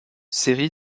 série